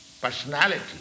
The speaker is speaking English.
personality